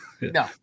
No